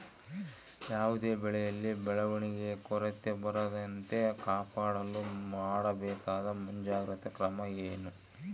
ಯಾವುದೇ ಬೆಳೆಯಲ್ಲಿ ಬೆಳವಣಿಗೆಯ ಕೊರತೆ ಬರದಂತೆ ಕಾಪಾಡಲು ಮಾಡಬೇಕಾದ ಮುಂಜಾಗ್ರತಾ ಕ್ರಮ ಏನು?